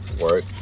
work